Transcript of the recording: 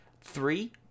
three